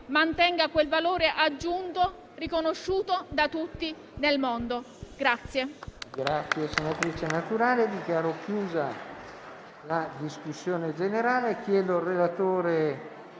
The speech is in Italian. mantenga quel valore aggiunto riconosciuto da tutti nel mondo.